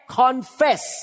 confess